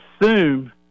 assume